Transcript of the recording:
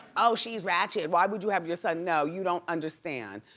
oh she's ratchet, why would you have your son, no, you don't understand.